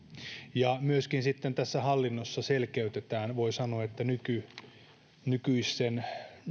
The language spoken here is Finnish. ja myöskin sitten tässä hallinnossa selkeytetään voi sanoa nykyisten